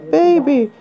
baby